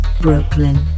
Brooklyn